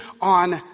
on